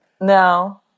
No